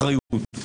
אחריות.